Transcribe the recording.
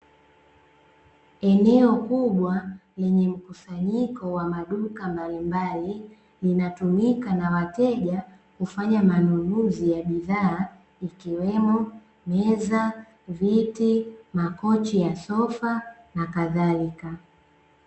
Eneo kubwa lenye mkusanyiko wa maduka mbalimbali, linatumika na wateja kufanya manunuzi ya bidhaa, ikiwemo meza, viti, makochi ya sofa na kadhalika.